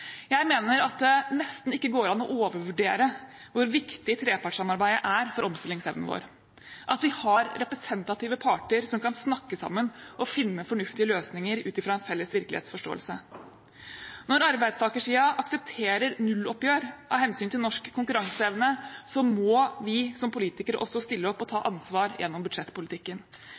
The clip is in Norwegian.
Jeg mener at det nesten ikke går an å overvurdere hvor viktig trepartssamarbeidet er for omstillingsevnen vår – at vi har representative parter som kan snakke sammen og finne fornuftige løsninger ut fra en felles virkelighetsforståelse. Når arbeidstakersiden aksepterer nulloppgjør av hensyn til norsk konkurranseevne, må vi som politikere også stille opp og